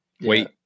Wait